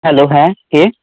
hello হ্যাঁ কে